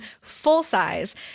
full-size